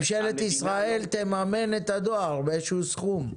ממשלת ישראל תממן את הדואר באיזשהו סכום.